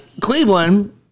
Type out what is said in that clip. Cleveland –